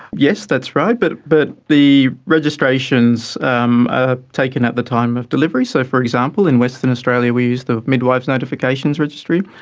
yes, that's right, but but the registrations are um ah taken at the time of delivery. so, for example, in western australia we use the midwives notifications registry,